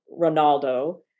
Ronaldo